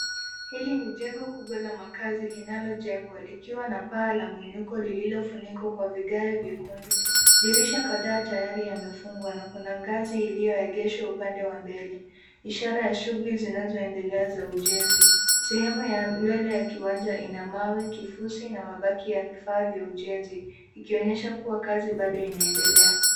Hili ni jengo kubwa la makazi linalojengwa likiwa na paa la mwinuko lililofunikwa kwa vigae vikundu dirisha kadhaa tayari yamefungwa na kuna ngazi iliyoegeshwa upande wa mbele ishara ya shughuli zinazoendelea za ujenzi. Sehemu ya mbele ya kiwanja ina mawe kifusi na mabaki ya vifaa vya ujenzi ,ikionyesha kuwa kazi bado inaendelea.